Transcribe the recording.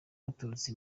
baturutse